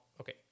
Okay